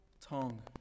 tongue